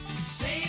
save